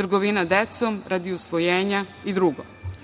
trgovina decom radi usvojenja i